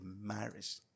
marriage